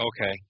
okay